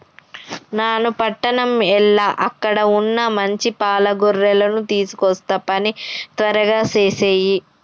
నాను పట్టణం ఎల్ల అక్కడ వున్న మంచి పాల గొర్రెలను తీసుకొస్తా పని త్వరగా సేసేయి